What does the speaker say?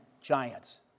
giants